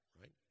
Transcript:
right